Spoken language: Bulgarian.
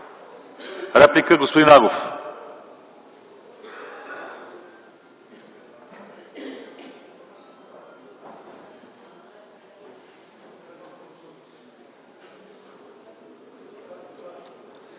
Реплика – господин Агов.